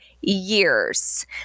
years